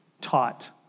taught